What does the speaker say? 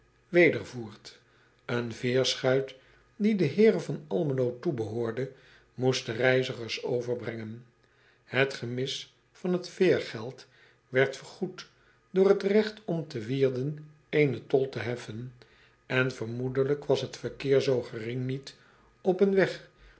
en veerschuit die den eere van lmelo toebehoorde moest de reizigers overbrengen et gemis van het veergeld werd vergoed door het regt om te ierden eene tol te heffen en vermoedelijk was het verkeer zoo gering niet op een weg